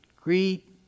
Greet